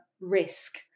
risk